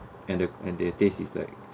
and the and the taste is like